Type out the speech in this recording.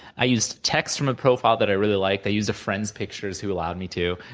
i used text from a profile that i really liked. i used a friend's pictures, who allowed me to,